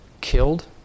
killed